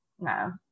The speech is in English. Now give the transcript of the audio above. no